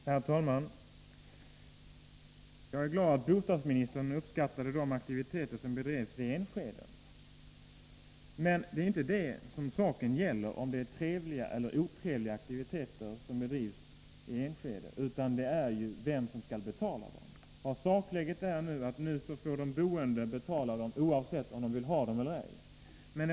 Herr talman! Jag är glad att bostadsministern uppskattar de aktiviteter som bedrivs i Enskede. Men saken gäller inte om det är trevliga eller otrevliga aktiviteter som bedrivs i Enskede, utan vem som skall betala dem. Sakläget är nu att de boende får betala dem vare sig de vill ha dem eller ej.